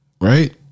Right